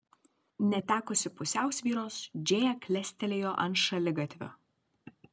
netekusi pusiausvyros džėja klestelėjo ant šaligatvio